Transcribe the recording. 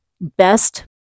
best